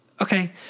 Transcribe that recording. Okay